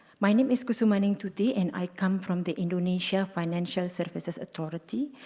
my name is kusumaningtuti and i come from the indonesia financial services authority.